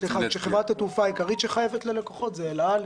חברת התעופה העיקרית שחייבת ללקוחות היא אל על,